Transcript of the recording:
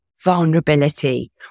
vulnerability